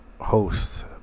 host